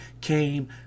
came